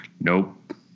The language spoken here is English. Nope